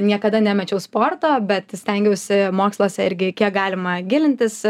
niekada nemečiau sporto bet stengiausi moksluose irgi kiek galima gilintis